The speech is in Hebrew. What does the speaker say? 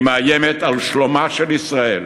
היא מאיימת על שלומה של ישראל.